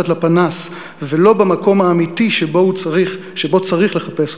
הפנס ולא במקום האמיתי שבו צריך לחפש אותו.